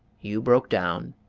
you broke down,